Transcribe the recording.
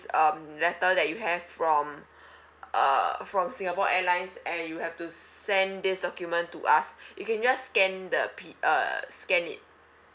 um letter that you have from uh from singapore airlines and you have to send this document to us you can just scan the P~ uh scan it